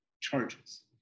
charges